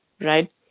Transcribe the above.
right